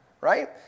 right